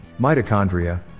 Mitochondria